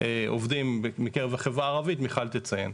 עובדים מקרב החברה הערבית מיכל תציין.